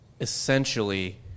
essentially